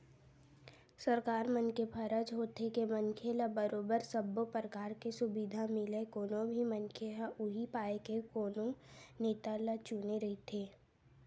सरकार मन के फरज होथे के मनखे ल बरोबर सब्बो परकार के सुबिधा मिलय कोनो भी मनखे ह उहीं पाय के कोनो नेता ल चुने रहिथे